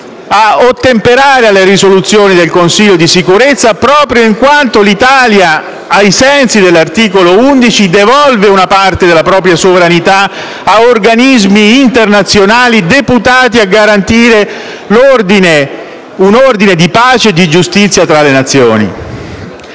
ad ottemperare alle risoluzioni del Consiglio di sicurezza proprio in quanto l'Italia, ai sensi di detto articolo, devolve una parte della propria sovranità ad organismi internazionali deputati a garantire un ordine di pace e di giustizia tra le Nazioni.